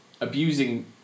abusing